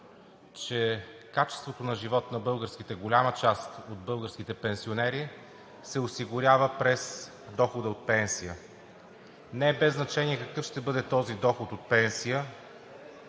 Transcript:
че качеството на живот на българските – голяма част от българските пенсионери, се осигурява през дохода от пенсия. Не е без значение какъв ще бъде този доход от пенсия